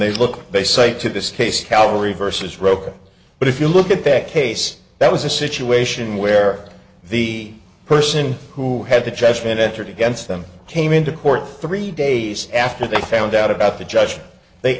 they look they say to this case calorie versus roca but if you look at back case that was a situation where the person who had the chessman entered against them came into court three days after they found out about the judge they